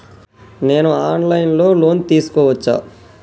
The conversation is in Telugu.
నేను ఆన్ లైన్ లో లోన్ తీసుకోవచ్చా?